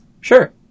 Sure